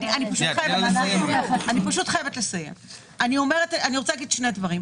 כשאני רואה במו עיני איך אצל הציבור הישראלי,